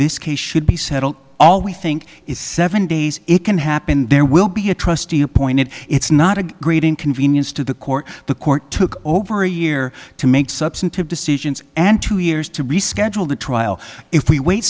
this case should be settled all we think is seven days it can happen there will be a trustee appointed it's not a great inconvenience to the court the court took over a year to make substantive decisions and two years to reschedule the trial if we wait